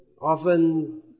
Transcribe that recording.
Often